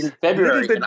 February